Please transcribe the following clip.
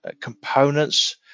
components